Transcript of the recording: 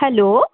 hello